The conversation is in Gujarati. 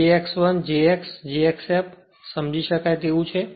તેથી j x1 j x j x f તે સમજી શકાય તેવું છે